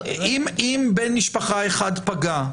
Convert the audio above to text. אם בן משפחה אחד פגע,